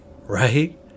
right